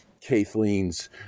Kathleen's